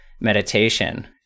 meditation